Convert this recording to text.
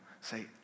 Say